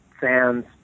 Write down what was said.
fans